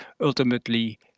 ultimately